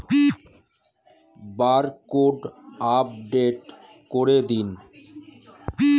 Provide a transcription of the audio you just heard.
Barcode update করে দিন?